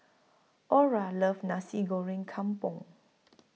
Aura loves Nasi Goreng Kampung